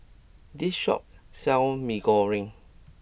this shop sells Mee Goreng